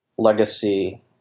Legacy